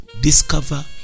...discover